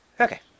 Okay